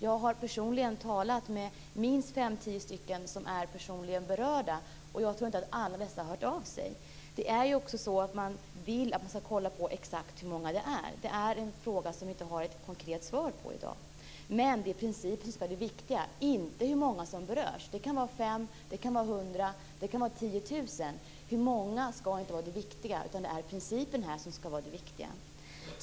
Jag har personligen talat med fem, tio stycken som är personligen berörda, och jag tror inte att alla dessa har hört av sig. Man vill också kontrollera exakt hur många det är som berörs. Det är en fråga som vi inte har något konkret svar på i dag. Men i princip är det viktiga inte hur många som berörs. Det kan vara 5, det kan vara 100, det kan vara 10 000. Antalet skall inte vara det viktiga, utan det är principen som skall vara det viktiga.